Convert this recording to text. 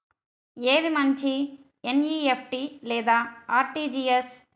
ఏది మంచి ఎన్.ఈ.ఎఫ్.టీ లేదా అర్.టీ.జీ.ఎస్?